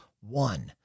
one